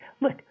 Look